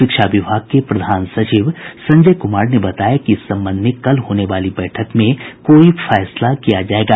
शिक्षा विभाग के प्रधान सचिव संजय कुमार ने बताया कि इस संबंध में कल होने वाली बैठक में कोई फैसला किया जायेगा